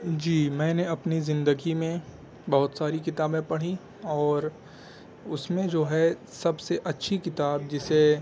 جی میں نے اپنی زندگی میں بہت ساری کتابیں پڑھیں اور اس میں جو ہے سب سے اچھی کتاب جسے